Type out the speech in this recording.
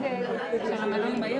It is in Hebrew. איתנו בהחלטה --- אז איפה כחול לבן?